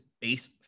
base